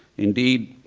indeed,